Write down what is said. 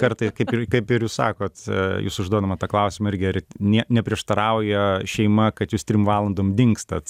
kartais kaip ir kaip ir jūs sakot jūs užduodama tą klausimą irgi ne neprieštarauja šeima kad jūs trim valandom dingstat